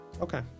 Okay